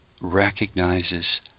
recognizes